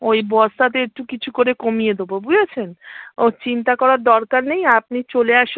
ওই বস্তাতে একটু কিছু করে কমিয়ে দেবো বুঝেছেন ও চিন্তা করার দরকার নেই আপনি চলে আসুন